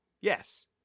Yes